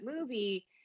movie